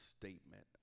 statement